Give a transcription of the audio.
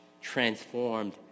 transformed